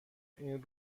این